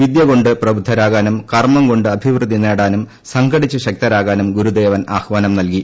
വിദ്യ കൊണ്ട് പ്രബുദ്ധരാകാനും കർമ്മം കൊണ്ട് അഭിവൃദ്ധി നേടാനും സംഘടിച്ച് ശക്തരാകാനും ഗുരുദേവൻ ആഹ്വാനം നൽകി